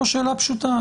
פשוטה.